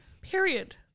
Period